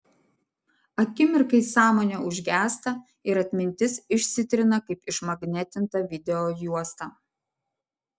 akimirkai sąmonė užgęsta ir atmintis išsitrina kaip išmagnetinta videojuosta